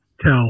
tell